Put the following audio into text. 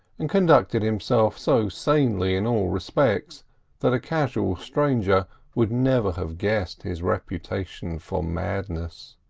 and conducted himself so sanely in all respects that a casual stranger would never have guessed his reputation for madness